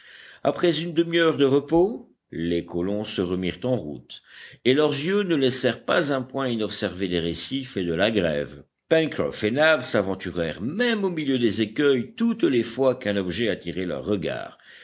après une demi-heure de repos les colons se remirent en route et leurs yeux ne laissèrent pas un point inobservé des récifs et de la grève pencroff et nab s'aventurèrent même au milieu des écueils toutes les fois qu'un objet attirait leur regard